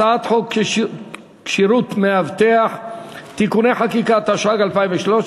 הצעת החוק נתקבלה בקריאה טרומית ותועבר לוועדת העבודה,